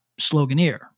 sloganeer